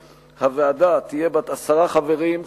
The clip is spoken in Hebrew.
הוועדה תהיה בת עשרה חברים,